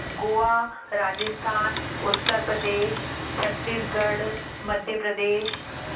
Goa Rajasthan Uttar Pradesh Chhattisgarh Madhya Pradesh